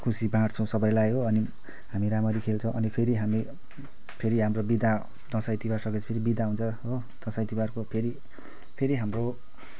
खुसी बाँड्छौँ सबैलाई हो अनि हामी राम्ररी खेल्छौँ अनि फेरि हामी फेरि हाम्रो बिदा दसैँ तिहार सकेपछि फेरि बिदा हुन्छ हो दसैँ तिहारको फेरि फेरि हाम्रो